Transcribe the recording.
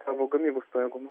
savo gamybos pajėgumų